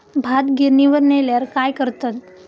भात गिर्निवर नेल्यार काय करतत?